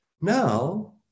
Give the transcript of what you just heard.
Now